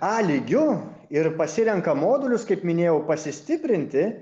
a lygiu ir pasirenka modulius kaip minėjau pasistiprinti